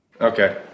Okay